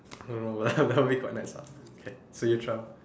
don't know lah now we got nights out K so